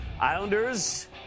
Islanders